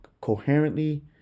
coherently